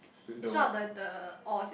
is one of the the ores